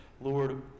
Lord